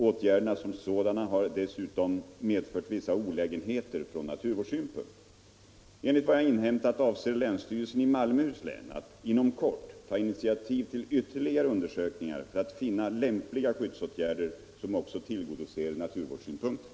Åtgärderna som sådana har dessutom medfört vissa olägenheter från naturvårdssynpunkt. Enligt vad jag inhämtat avser länsstyrelsen i Malmöhus län att inom kort ta initiativ till ytterligare undersökningar för att finna lämpliga skyddsåtgärder som också tillgodoser naturvårdssynpunkterna.